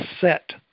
set